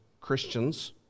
Christians